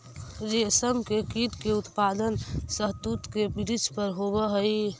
रेशम के कीट के उत्पादन शहतूत के वृक्ष पर होवऽ हई